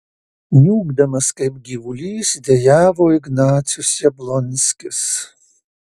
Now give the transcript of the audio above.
niūkdamas kaip gyvulys dejavo ignacius jablonskis